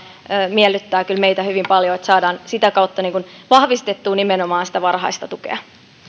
miellyttää kyllä meitä hyvin paljon ja sitä kautta saadaan vahvistettua nimenomaan sitä varhaista tukea